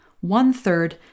one-third